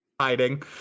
hiding